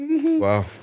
Wow